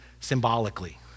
symbolically